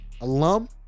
alum